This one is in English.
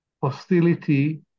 hostility